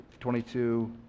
22